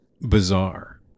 bizarre